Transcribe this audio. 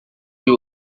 you